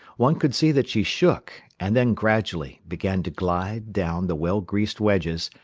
one could see that she shook, and then gradually began to glide down the well greased wedges,